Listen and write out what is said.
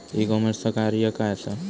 E कॉमर्सचा कार्य काय असा?